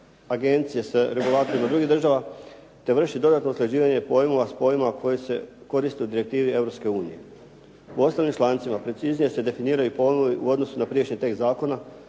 se ne razumije./... drugih država te vrši dodatno usklađivanje pojmova s pojmovima koji se koriste u direktivi Europske unije. U ostalim člancima preciznije se definiraju i pojmovi u odnosu na prijašnji tekst zakona,